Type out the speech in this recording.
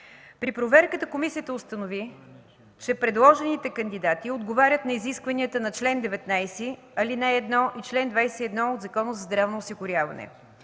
При проверката Комисията установи, че предложените кандидати отговарят на изискванията на чл. 19, ал. 1 и чл. 21 от Закона за здравното осигуряване,